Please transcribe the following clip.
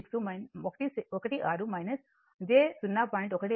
12 mho అవుతుంది